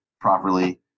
properly